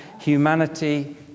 humanity